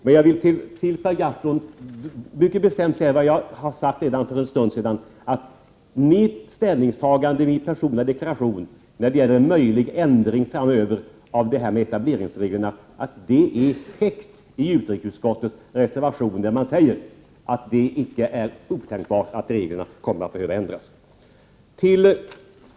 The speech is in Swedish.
Men jag vill till Per Gahrton mycket bestämt säga vad jag redan har sagt för en stund sedan: Mitt ställningstagande och min personliga deklaration när det gäller en möjlig ändring framöver av etableringsreglerna är täckt i den reservation i utrikesutskottet där man säger att det-icke är otänkbart att reglerna kommer att behöva ändras.